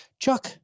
Chuck